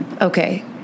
Okay